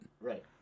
Right